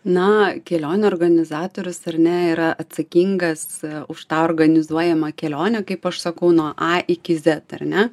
na kelionių organizatorius ar ne yra atsakingas už tą organizuojamą kelionę kaip aš sakau nuo a iki zet ar ne